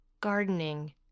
gardening